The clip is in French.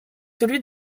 celui